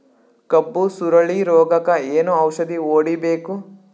ಕಬ್ಬು ಸುರಳೀರೋಗಕ ಏನು ಔಷಧಿ ಹೋಡಿಬೇಕು?